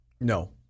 No